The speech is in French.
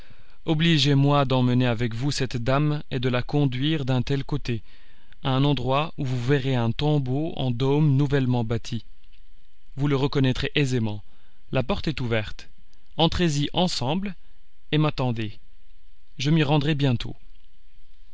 obligez-moi d'emmener avec vous cette dame et de la conduire d'un tel côté à un endroit où vous verrez un tombeau en dôme nouvellement bâti vous le reconnaîtrez aisément la porte est ouverte entrez-y ensemble et m'attendez je m'y rendrai bientôt